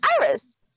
Iris